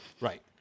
Right